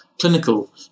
clinical